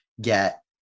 get